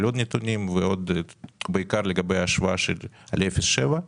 עוד נתונים ובעיקר לגבי ההשוואה ל-0.7.